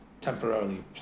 temporarily